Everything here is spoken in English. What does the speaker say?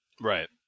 Right